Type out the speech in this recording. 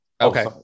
okay